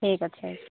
ଠିକ ଅଛି